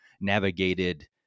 navigated